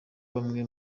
bamwe